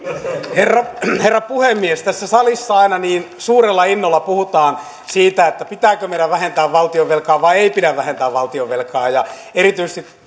herra herra puhemies tässä salissa aina niin suurella innolla puhutaan siitä pitääkö meidän vähentää valtionvelkaa vai ei pidä vähentää valtionvelkaa ja erityisesti